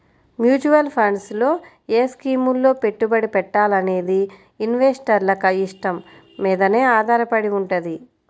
mutual funds లో ఏ స్కీముల్లో పెట్టుబడి పెట్టాలనేది ఇన్వెస్టర్ల ఇష్టం మీదనే ఆధారపడి వుంటది